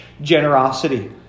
generosity